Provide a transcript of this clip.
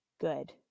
good